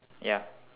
ya